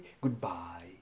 goodbye